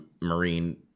marine